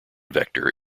vector